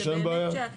באמת.